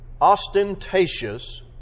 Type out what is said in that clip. ostentatious